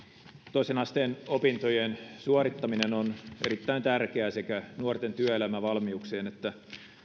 toisen asteen opintojen suorittaminen on erittäin tärkeää sekä nuorten työelämävalmiuksien että